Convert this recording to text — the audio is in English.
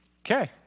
Okay